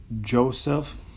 Joseph